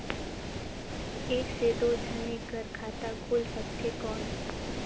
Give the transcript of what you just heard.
एक से दो जने कर खाता खुल सकथे कौन?